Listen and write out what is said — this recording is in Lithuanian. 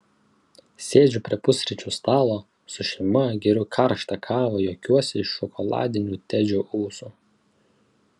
sėdžiu prie pusryčių stalo su šeima geriu karštą kavą juokiuosi iš šokoladinių tedžio ūsų